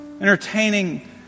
Entertaining